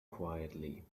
quietly